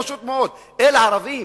פשוט מאוד, אלה ערבים,